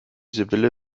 sibylle